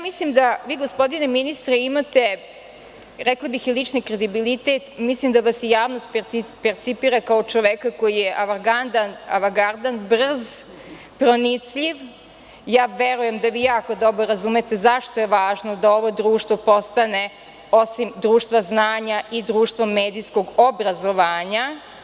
Mislim da, vi gospodine ministre, imate, rekla bih, lični kredibilitet, mislim da vas javnost percipira kao čoveka koji je avangardan, brz, pronicljiv, verujem da bi jako dobro razumete zašto je važno da ovo društvo postane, osim društva znanja i društvo medijskog obrazovanja.